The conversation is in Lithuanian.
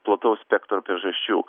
plataus spektro priežasčių